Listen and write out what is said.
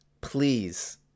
please